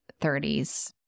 30s